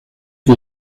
que